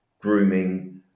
grooming